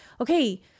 okay